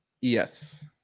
Yes